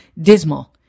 dismal